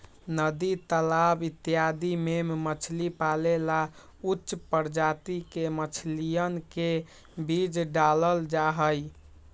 नदी तालाब इत्यादि में मछली पाले ला उच्च प्रजाति के मछलियन के बीज डाल्ल जाहई